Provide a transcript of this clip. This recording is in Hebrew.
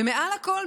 ומעל הכול,